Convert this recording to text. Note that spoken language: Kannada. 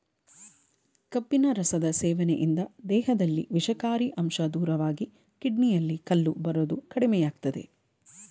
ಕಬ್ಬಿನ ರಸದ ಸೇವನೆಯಿಂದ ದೇಹದಲ್ಲಿ ವಿಷಕಾರಿ ಅಂಶ ದೂರವಾಗಿ ಕಿಡ್ನಿಯಲ್ಲಿ ಕಲ್ಲು ಬರೋದು ಕಡಿಮೆಯಾಗ್ತದೆ